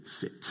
fit